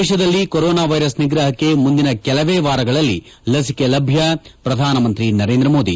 ದೇಶದಲ್ಲಿ corona virus ನಿಗ್ರಹಕ್ಕೆ ಮುಂದಿನ ಕೆಲವೇ ವಾರಗಳಲ್ಲಿ ಲಸಿಕೆ ಲಭ್ಞ ಪ್ರಧಾನಮಂತ್ರಿ ನರೇಂದ್ರಮೋದಿ